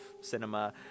cinema